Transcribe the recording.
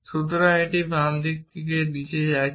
সুতরাং এটি প্রথমে বাম দিকে নিচে যাচ্ছে